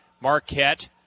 Marquette